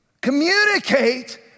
Communicate